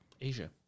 Asia